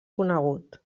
conegut